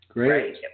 Great